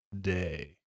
Day